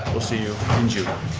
we'll see you in june.